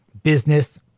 business